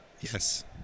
Yes